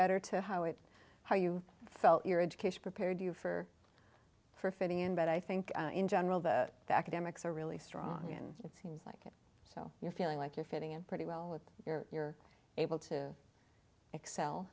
better to how it how you felt your education prepared you for for fitting in but i think in general the academics are really strong and it seems like so you're feeling like you're fitting in pretty well with your able to excel